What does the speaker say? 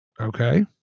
Okay